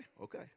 okay